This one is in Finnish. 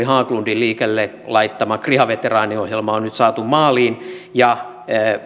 haglundin liikkeelle laittama kriha veteraaniohjelma on nyt saatu maaliin